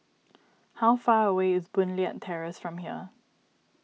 how far away is Boon Leat Terrace from here